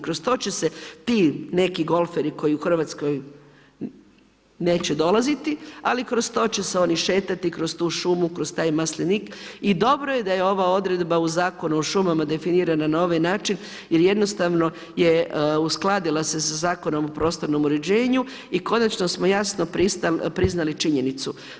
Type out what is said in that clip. Kroz to će se ti neki golferi koji u Hrvatskoj neće dolaziti, ali kroz to će se oni šetati, kroz tu šumu, kroz taj maslinik i dobro je da je ova odredba u Zakonu o šumama definirana na ovaj način jer jednostavno je uskladila se sa Zakonom o prostornom uređenju i konačno smo jasno priznali činjenicu.